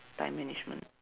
time management